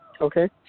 Okay